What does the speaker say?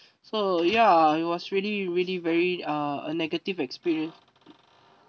so ya it was really really very uh a negative experience